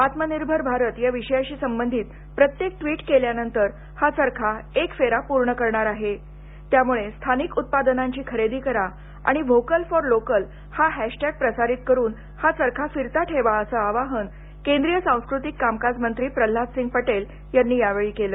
आत्मनिर्भर भारत या विषयाशी संबंधीत प्रत्येक ट्वीट केल्यानंतर हा चरखा एक फेरा पूर्ण करणार आहे त्यामुळे स्थानीक उत्पादनांची खरेदी करा आणि व्होकल फॉर लोकल हा हॅशटॅग प्रसारित करून हा चरखा फिरता ठेवा असं आवाहन केंद्रीय सांस्कृतिक कामकाज मंत्री प्रह्नाद सिंग पटेल यांनी यावेळी केलं